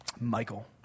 Michael